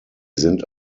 sind